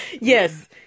Yes